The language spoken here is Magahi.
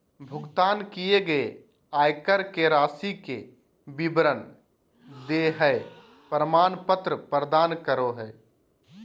भुगतान किए गए आयकर के राशि के विवरण देहइ प्रमाण पत्र प्रदान करो हइ